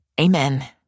Amen